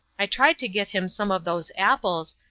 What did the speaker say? i tried to get him some of those apples,